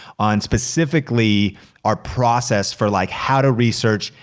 on specifically our process for like how to research,